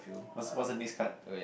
what's what's the next card